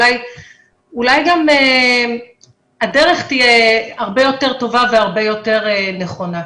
אולי גם הדרך תהיה הרבה יותר טובה והרבה יותר נכונה.